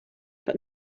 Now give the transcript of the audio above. but